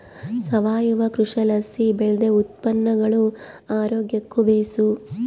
ಸಾವಯವ ಕೃಷಿಲಾಸಿ ಬೆಳ್ದ ಉತ್ಪನ್ನಗುಳು ಆರೋಗ್ಯುಕ್ಕ ಬೇಸು